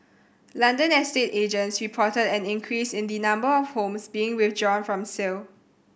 London estate agents reported an increase in the number of homes being withdrawn from sale